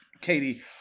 Katie